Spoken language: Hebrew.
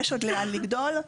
ויש עוד לאן לגדול.